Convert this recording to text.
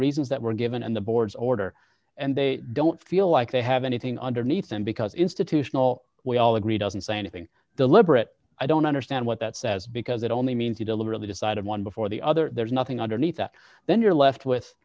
reasons that were given and the board's order and they don't feel like they have anything underneath them because institutional we all agree doesn't say anything deliberate i don't understand what that says because it only means you deliberately decided one before the other there's nothing underneath that then you're left with